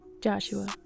Joshua